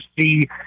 see